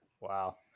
Wow